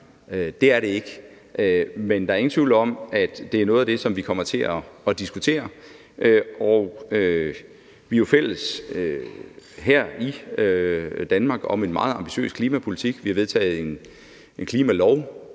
Det er det ikke. Men der er ingen tvivl om, at det er noget af det, som vi kommer til at diskutere. Vi er jo fælles her i Danmark om en meget ambitiøs klimapolitik; vi har vedtaget en klimalov